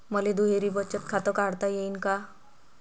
मले दुहेरी बचत खातं काढता येईन का?